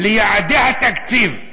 ליעדי התקציב.